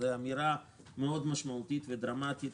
זו אמירה משמעותית מאוד ודרמטית.